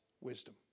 wisdom